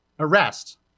Arrest